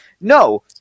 No